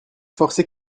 forces